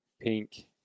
pink